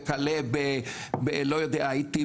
וכלה בלא יודע מה.